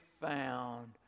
found